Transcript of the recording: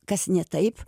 kas ne taip